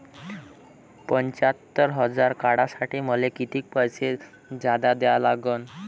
पंच्यात्तर हजार काढासाठी मले कितीक पैसे जादा द्या लागन?